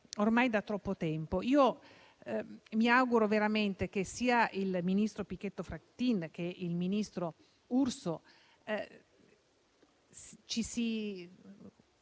ormai da troppo tempo. Io mi auguro, veramente, che sia il ministro Pichetto Frattin sia il ministro Urso dicano